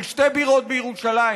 של שתי בירות בירושלים.